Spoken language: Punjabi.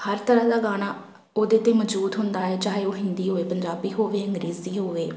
ਹਰ ਤਰ੍ਹਾਂ ਦਾ ਗਾਣਾ ਉਹਦੇ 'ਤੇ ਮੌਜੂਦ ਹੁੰਦਾ ਹੈ ਚਾਹੇ ਉਹ ਹਿੰਦੀ ਹੋਵੇ ਪੰਜਾਬੀ ਹੋਵੇ ਅੰਗਰੇਜ਼ੀ ਹੋਵੇ